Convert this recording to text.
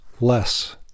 less